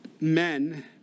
men